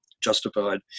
justified